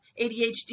ADHD